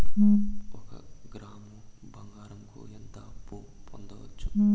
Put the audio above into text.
ఒక గ్రాము బంగారంకు ఎంత అప్పు పొందొచ్చు